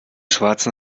schwarzen